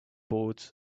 boards